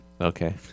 Okay